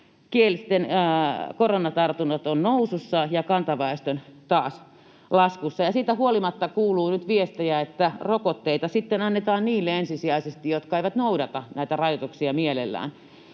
suomenkielisten koronatartunnat ovat nousussa ja kantaväestön taas laskussa. Siitä huolimatta kuuluu nyt viestejä, että rokotteita annetaan ensisijaisesti niille, jotka eivät mielellään noudata näitä rajoituksia.